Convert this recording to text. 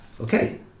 okay